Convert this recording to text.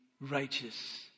righteous